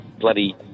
bloody